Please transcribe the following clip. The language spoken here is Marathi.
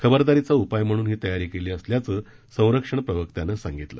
खबरदारीचा उपाय म्हणून ही तयारी केली असल्याचं संरक्षण प्रवक्त्यानं सांगितलं